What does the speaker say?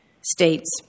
states